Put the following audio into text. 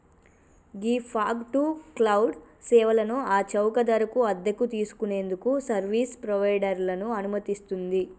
ghee fog to cloud సేవలను ఆ చౌక ధరకు అద్దెకు తీసుకు నేందుకు సర్వీస్ ప్రొవైడర్లను అనుమతిస్తుంది